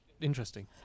interesting